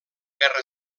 guerra